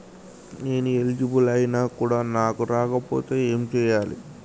నేను ఎలిజిబుల్ ఐనా కూడా నాకు రాకపోతే ఏం చేయాలి?